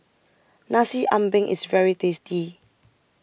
Nasi Ambeng IS very tasty